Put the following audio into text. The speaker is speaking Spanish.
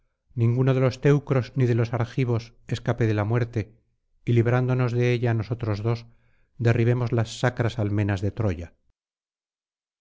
ninguno de los teucros ni de los argivos escape de la muerte y librándonos de ella nosotros dos derribemos las sacras almenas de troya